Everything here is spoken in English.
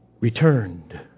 returned